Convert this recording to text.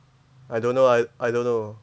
I don't know I I don't know